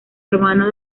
hermano